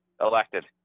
elected